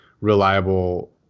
reliable